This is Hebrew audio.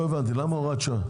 לא הבנתי, למה הוראת שעה?